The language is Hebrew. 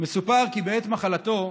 מסופר כי בעת מחלתו,